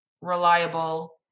reliable